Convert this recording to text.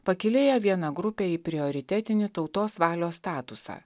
pakylėja vieną grupę į prioritetinį tautos valios statusą